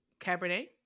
Cabernet